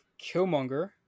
Killmonger